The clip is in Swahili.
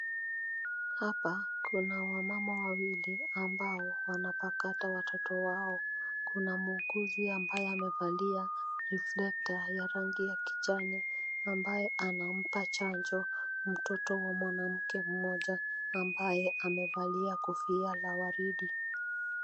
Hapa kuna wamama wawili ambao wanapakata watoto wao. Kuna muuguzi ambaye amevalia reflector ya rangi ya kijani ambaye anampa chanjo mtoto wa mwanamke mmoja ambaye amevalia kofia la waridi.